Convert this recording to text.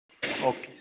okay